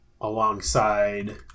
alongside